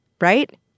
right